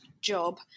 job